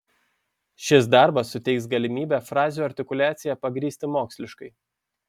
šis darbas suteiks galimybę frazių artikuliaciją pagrįsti moksliškai